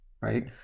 right